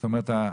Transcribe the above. זאת אומרת,